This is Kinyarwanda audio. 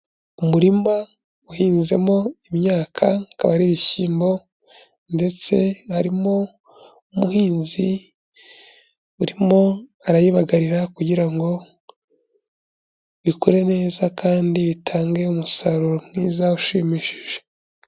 Umurima uhinzemo imyaka, akaba ari ibishyimbo ndetse harimo umuhinzi urimo arayibagarira kugira ngo ikure neza kandi bitange umusaruro mwiza ushimishije.